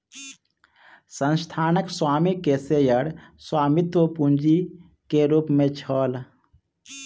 संस्थानक स्वामी के शेयर स्वामित्व पूंजी के रूप में छल